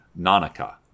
Nanaka